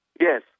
Yes